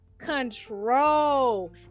control